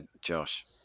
Josh